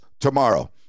tomorrow